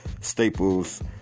staples